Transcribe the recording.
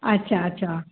अच्छा अच्छा